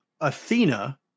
Athena